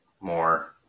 more